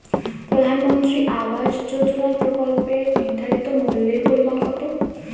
প্রধানমন্ত্রী আবাস যোজনার প্রকল্পের নির্ধারিত মূল্যে পরিমাণ কত?